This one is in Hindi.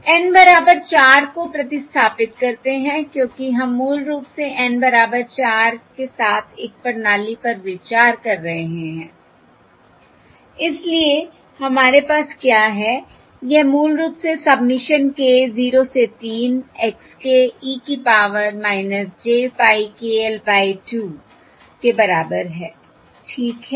N बराबर 4 को प्रतिस्थापित करते हैं क्योंकि हम मूल रूप से N बराबर 4 के साथ एक प्रणाली पर विचार कर रहे हैं इसलिए हमारे पास क्या है यह मूल रूप से सबमिशन k 0 के 3 X k e के power j pie k l by 2 के बराबर है ठीक है